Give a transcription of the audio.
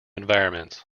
environments